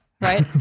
right